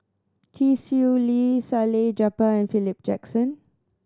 Chee Swee Lee Salleh Japar and Philip Jackson